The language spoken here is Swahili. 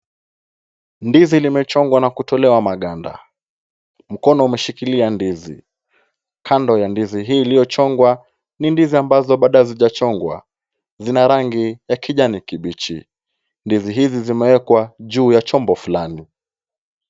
Ndizi limechongwa na kutolewa maganda. Mkono umeshikilia ndizi. Kando ya ndizi hii iliyochongwa, ni ndizi ambazo bado hazijachongwa. Zina rangi ya kijani kibichi. Ndizi hizi zimewekwa juu ya chombo fulani.